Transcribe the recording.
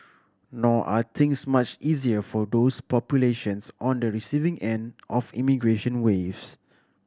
nor are things much easier for those populations on the receiving end of immigration waves